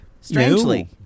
Strangely